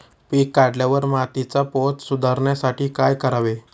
पीक काढल्यावर मातीचा पोत सुधारण्यासाठी काय करावे?